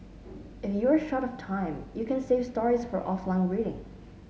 if you are short of time you can save stories for offline reading